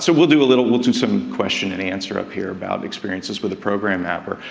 so we'll do a little, we'll do some question and answer up here about experiences with the program mapper.